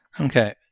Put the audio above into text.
Okay